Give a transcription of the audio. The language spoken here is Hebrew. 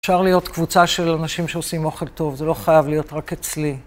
אפשר להיות קבוצה של אנשים שעושים אוכל טוב, זה לא חייב להיות רק אצלי.